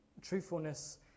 truthfulness